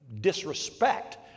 disrespect